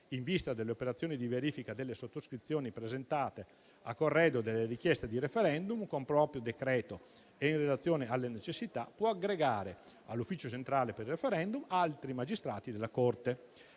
in vista delle operazioni di verifica delle sottoscrizioni presentate a corredo delle richieste di referendum, con proprio decreto e in relazione alle necessità, può aggregare all'Ufficio centrale per il referendum altri magistrati della Corte.